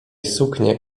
suknię